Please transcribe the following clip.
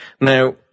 Now